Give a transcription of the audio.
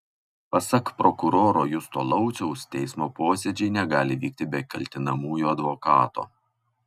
pasak prokuroro justo lauciaus teismo posėdžiai negali vykti be kaltinamųjų advokato